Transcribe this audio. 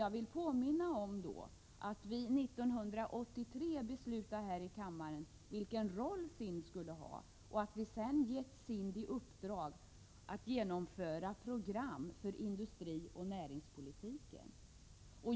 Jag vill påminna om att vi 1983 beslutade här i riksdagen vilken roll SIND skall spela och att vi sedan givit SIND i uppdrag att genomföra program för industrioch näringspolitiken.